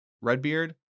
Redbeard